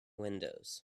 windows